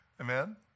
amen